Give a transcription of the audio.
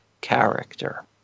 character